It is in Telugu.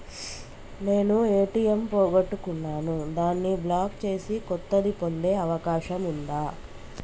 నేను ఏ.టి.ఎం పోగొట్టుకున్నాను దాన్ని బ్లాక్ చేసి కొత్తది పొందే అవకాశం ఉందా?